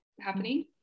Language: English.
happening